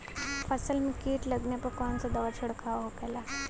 फसल में कीट लगने पर कौन दवा के छिड़काव होखेला?